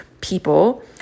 people